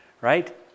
Right